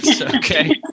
okay